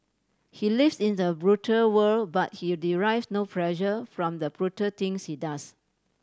he lives in the brutal world but he derives no pleasure from the brutal things he does